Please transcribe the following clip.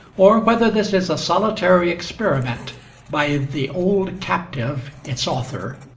or whether this is a solitary experiment by the old captive its author,